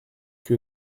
que